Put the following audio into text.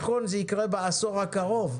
נכון, זה יקרה בעשור הקרוב,